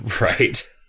Right